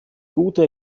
gute